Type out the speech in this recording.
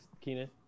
Keenan